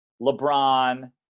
LeBron